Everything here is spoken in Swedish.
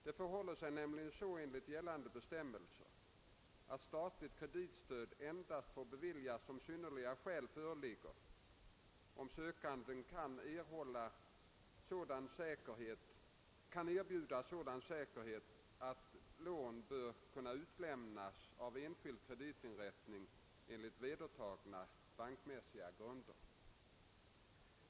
Det förhåller sig nämligen så enligt gällande bestämmelser att statligt kreditstöd endast får beviljas om synnerliga skäl föreligger, om sökande kan erbjuda sådan säkerhet, att lån bör kunna utlämnas av enskild kreditinrättning enligt vedertagna bankmässiga grunder.